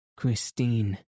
Christine